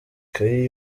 ikaye